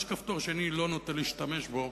יש כפתור שאני לא נוטה להשתמש בו,